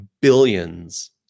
billions